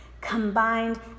combined